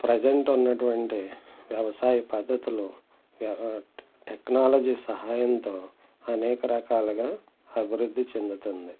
present ఉన్నటువంటి వ్యవసాయ పద్ధతులు వ్యవ టెక్నాలజీ సహాయంతో అనేక రకాలుగా అభివృద్ధి చెందుతుంది